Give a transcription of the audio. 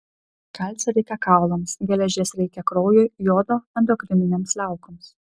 kalcio reikia kaulams geležies reikia kraujui jodo endokrininėms liaukoms